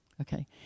Okay